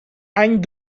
any